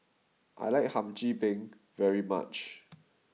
I like Hum Chim Peng very much